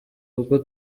ubwo